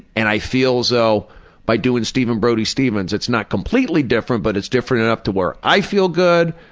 and i feel as though by doing steven brody stevens, it's not completely different but it's different enough to where i feel good,